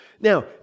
Now